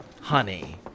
honey